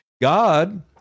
God